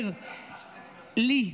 מעבירים חוק ואז אומרים,